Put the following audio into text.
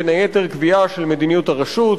בין היתר: קביעה של מדיניות הרשות,